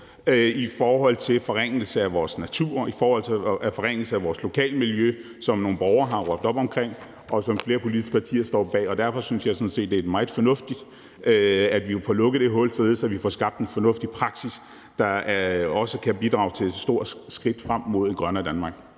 i forhold til forringelse af vores natur, i forhold til forringelse af vores lokalmiljø, og det har nogle borgere råbt op om, og det står flere politiske partier bag. Derfor synes jeg sådan set, at det er meget fornuftigt, at vi får lukket det hul, således at vi får skabt en fornuftig praksis, der også kan bidrage til et stort skridt frem mod et grønnere Danmark.